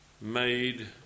made